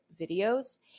videos